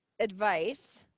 advice